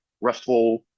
restful